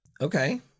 Okay